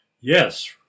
yes